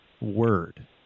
Word